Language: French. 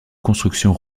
construction